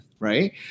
right